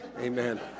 Amen